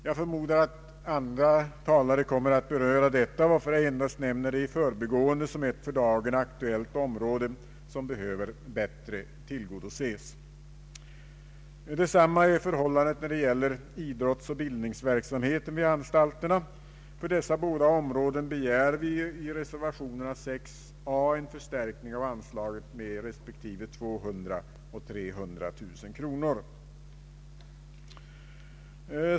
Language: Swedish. Jag förmodar att andra talare kommer att beröra detta, varför jag endast nämner det i förbigående som ett för dagen aktuellt område som behöver bättre tillgodoses. Samma är förhållandet när det gäller idrottsoch bildningsverksamheten vid anstalterna. För dessa båda områden begär vi en anslagsförstärkning med 200 000 respektive 300 000 kronor.